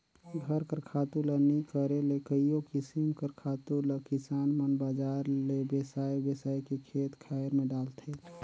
घर कर खातू ल नी करे ले कइयो किसिम कर खातु ल किसान मन बजार ले बेसाए बेसाए के खेत खाएर में डालथें